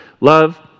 love